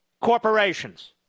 corporations